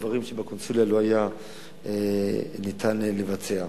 דברים שבקונסוליה לא היה ניתן לבצע.